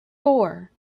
four